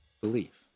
belief